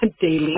daily